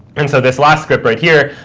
and so this last script right here,